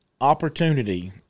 opportunity